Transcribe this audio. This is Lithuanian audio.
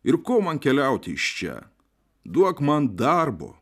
ir ko man keliauti iš čia duok man darbo